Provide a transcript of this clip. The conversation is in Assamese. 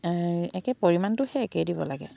একে পৰিমাণটো সেই একেই দিব লাগে